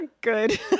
good